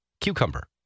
Cucumber